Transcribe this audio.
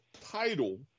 title